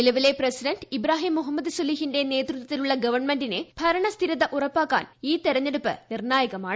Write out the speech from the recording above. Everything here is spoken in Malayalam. നിലവിലെ പ്രസിഡന്റ് ഇബ്രാഹീം മുഹമ്മദ് സൊലിഹിന്റെ നേതൃത്വത്തിലുള്ള ഗവൺമെന്റിന് ഭരണ സ്ഥിരത ഉറപ്പാക്കാൻ ഈ തെരഞ്ഞെടുപ്പ് നിർണ്ണായകമാണ്